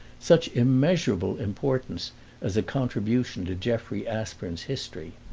such immeasurable importance as a contribution to jeffrey aspern's history.